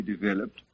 developed